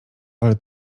ale